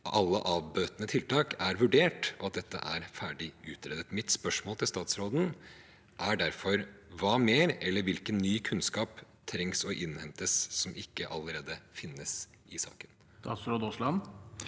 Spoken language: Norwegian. alle avbøtende tiltak er vurdert, og at dette er ferdig utredet. Mitt spørsmål til statsråden er derfor: Hva mer, eller hvilken ny kunnskap trengs å innhentes som ikke allerede finnes i saken? Statsråd Terje